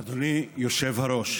אבל גם אפלתי,